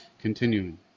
Continuing